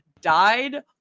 died